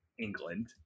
England